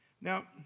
Now